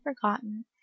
forgotten